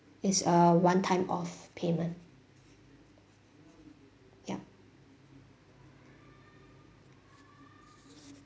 it's a one time of payment yup